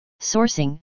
Sourcing